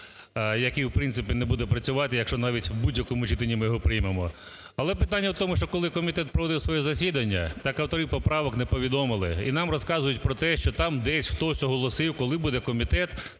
який в принципі не буде працювати, якщо навіть у будь-якому читанні ми його приймемо. Але питання в тому, що коли комітет проводив своє засідання, так авторів поправок не повідомили, і нам розказують про те, що там десь хтось оголосив, коли буде комітет.